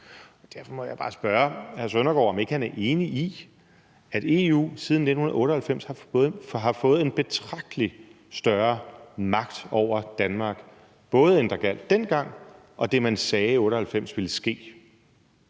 Derfor må jeg bare spørge hr. Søren Søndergaard, om ikke han er enig i, at EU siden 1998 har fået en betragtelig større magt over Danmark, både end der gjaldt dengang, og det, man sagde i 1998 ville ske.